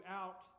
out